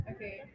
Okay